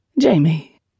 Jamie